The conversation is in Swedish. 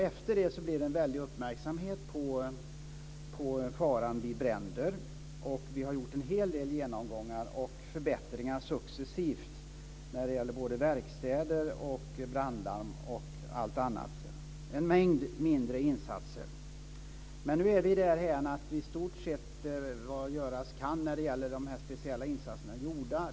Efter det blev det en väldig uppmärksamhet på faran vid bränder, och vi har gjort en hel del genomgångar och förbättringar successivt när det gäller verkstäder, brandlarm och allt annat - en mängd mindre insatser. Men nu är vi därhän att i stort sett vad som göras kan när det gäller de här speciella insatserna är gjort.